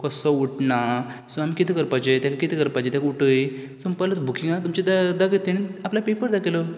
कसो उटना सो आमी कितें करपाचें तेका कितें करपाचें तेका उटय सो म्हणपाक लागलो बुकिंगाक तुमचें तें दाखय आपल्यान पेपर दाखयलो